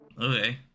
Okay